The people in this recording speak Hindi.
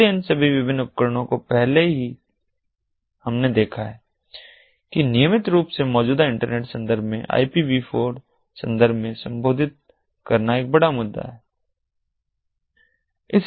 इसलिए इन सभी विभिन्न उपकरणों को पहले से ही हमने देखा है कि नियमित रूप से मौजूदा इंटरनेट संदर्भ में आई पी वी 4 संदर्भ में संबोधित करना एक बड़ा मुद्दा है